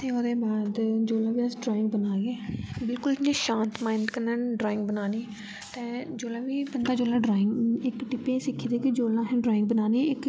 ते ओह्दे बाद जेल्लै बी अस ड्राइंग बनाह्गे बिल्कुल इयां शांत माइंड कन्नै ड्राइंग बनानी ते जेल्लै बी तुं'दे जेल्लै ड्राइंग इक टिप्प एह् सिक्खी दी ऐ कि जेल्लै अहें ड्राइंग बनानी इक